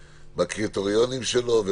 לגביו.